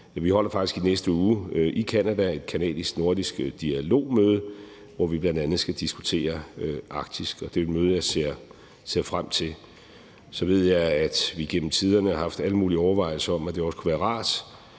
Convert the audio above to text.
Vi holder faktisk i næste uge i Canada et canadisk-nordisk dialogmøde, hvor vi bl.a. skal diskutere Arktis, og det er et møde, jeg ser frem til. Så ved jeg, at vi gennem tiderne har haft alle mulige overvejelser om, at det også kunne være rart